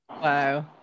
wow